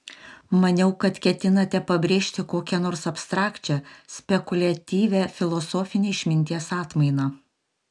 maniau kad ketinate pabrėžti kokią nors abstrakčią spekuliatyvią filosofinę išminties atmainą